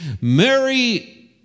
Mary